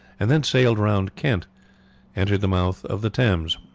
and then sailing round kent entered the mouth of the thames.